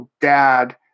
dad